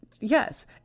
yes